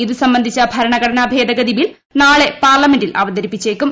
ഇത് സംബന്ധിച്ച ഭരണഘടനാ ഭേദഗതി ബിൽ ന്മാളെ പാർലമെന്റിൽ അവതരിപ്പിച്ചേക്കും